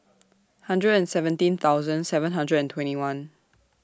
hundred and seventeen thousand seven hundred and twenty one